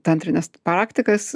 tantrines praktikas